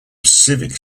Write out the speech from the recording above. civic